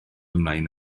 ymlaen